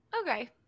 Okay